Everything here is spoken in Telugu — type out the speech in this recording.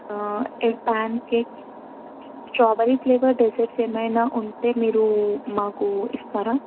pan cake strawberry flavour desserts ఏమైనా ఉంటే మీరు మాకు ఇస్తారా